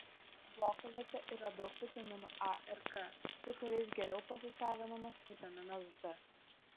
brokoliuose yra daug vitaminų a ir k su kuriais geriau pasisavinamas vitaminas d